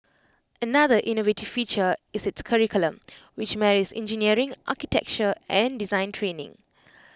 another innovative feature is its curriculum which marries engineering architecture and design training